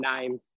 name